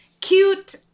cute